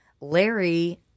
Larry